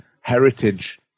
heritage